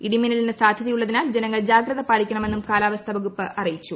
ഇടിമിന്നലിന് സാധൃതയുള്ളതിനാൽ ജനങ്ങൾ ജാഗ്രത പാലിക്കണമെന്നും കാലാവസ്ഥാ വകുപ്പ് അറിയിച്ചു